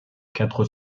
quatre